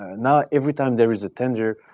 and now, every time there is a tender,